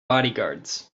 bodyguards